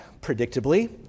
predictably